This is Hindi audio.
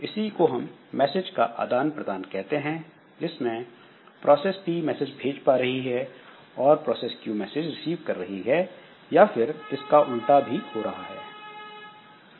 इसी को हम मैसेज का आदान प्रदान कहते हैं जिसमें प्रोसेस P मैसेज भेज पा रही है और प्रोसेस Q मैसेज रिसीव कर रही है या फिर इसका उल्टा भी हो रहा है